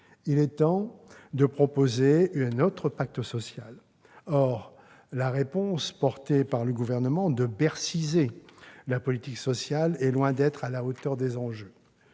Il est temps de proposer un autre pacte social. Or la réponse portée par le Gouvernement de « bercyser » la politique sociale est loin d'être à la hauteur des enjeux.